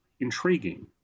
intriguing